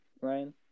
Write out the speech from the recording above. Ryan